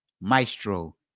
maestro